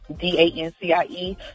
D-A-N-C-I-E